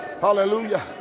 hallelujah